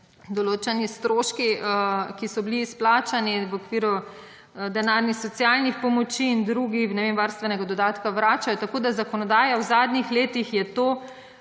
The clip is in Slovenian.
določeni stroški, ki so bili izplačani v okviru denarnih socialnih pomoči in drugi, ne vem, varstvenega dodatka, vračajo. Tako, da zakonodaja v zadnjih letih je to